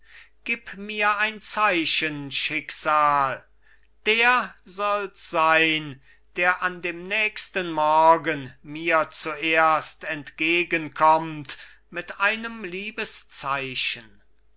gib mir ein zeichen schicksal der solls sein der an dem nächsten morgen mir zuerst entgegenkommt mit einem